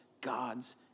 God's